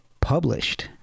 published